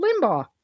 Limbaugh